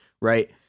right